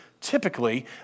typically